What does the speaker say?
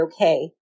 okay